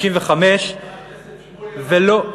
55 ולא,